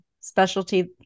specialty